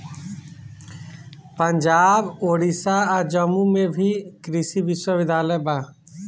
पंजाब, ओडिसा आ जम्मू में भी कृषि विश्वविद्यालय बा